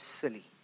silly